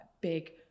big